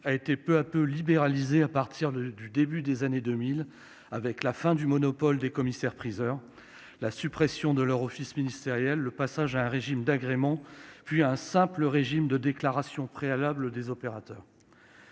a été peu à peu libéralisé au début des années 2000, avec la fin du monopole des commissaires-priseurs, la suppression de leurs offices ministériels, le passage à un régime d'agrément, puis à un simple régime de déclaration préalable des opérateurs.